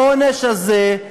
לעונש הזה,